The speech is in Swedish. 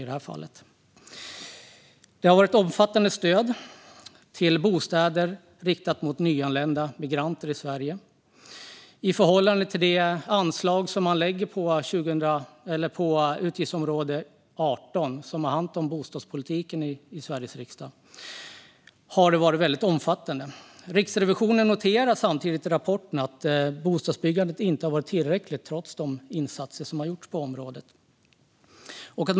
Det har varit ett omfattande stöd till bostäder riktade till nyanlända migranter i Sverige, i förhållande till anslagen i utgiftsområde 18 som handlar om bostadspolitiken. Riksrevisionen noterar samtidigt i rapporten att bostadsbyggandet inte har varit tillräckligt, trots de insatser som har gjorts på området.